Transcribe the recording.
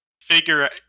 figure